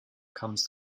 comes